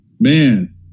man